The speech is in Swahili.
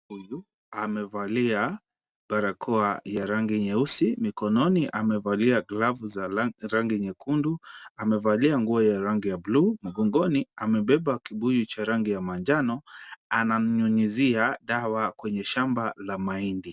Mtu huyu amevalia barakoa ya rangi nyeusi, mikononi amevalia glavu za rangi nyekundu, amevalia nguo ya rangi ya blue , mgongoni amebeba kibuyu cha rangi ya manjano, ananyunyizia dawa kwenye shamba la mahindi.